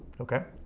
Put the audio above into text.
okay?